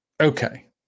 Okay